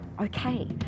Okay